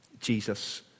Jesus